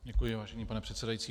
Děkuji, vážený pane předsedající.